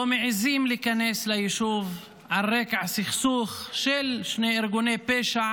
מעיזים להיכנס ליישוב על רקע סכסוך של שני ארגוני פשע